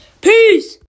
Peace